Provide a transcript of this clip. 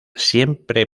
siempre